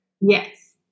Yes